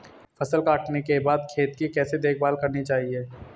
फसल काटने के बाद खेत की कैसे देखभाल करनी चाहिए?